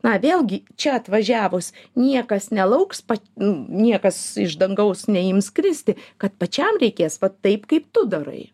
na vėlgi čia atvažiavus niekas nelauks pat niekas iš dangaus neims kristi kad pačiam reikės vat taip kaip tu darai